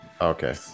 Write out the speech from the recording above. Okay